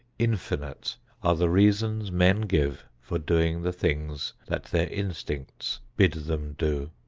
infinite are the reasons men give for doing the things that their instincts bid them do.